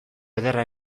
ederra